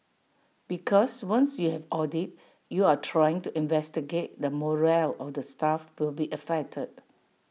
because once you have audit you are trying to investigate the morale of the staff will be affected